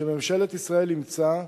שממשלת ישראל אימצה,